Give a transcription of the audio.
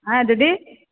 हँ दीदी